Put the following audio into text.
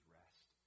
rest